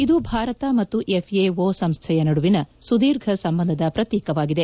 ಇದು ಭಾರತ ಮತ್ತು F A O ಸಂಸ್ಡೆಯ ನಡುವಿನ ಸುದೀರ್ಘ ಸಂಬಂಧದ ಪ್ರತೀಕವಾಗಿದೆ